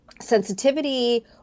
sensitivity